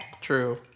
true